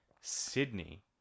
Sydney